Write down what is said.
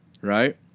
right